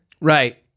Right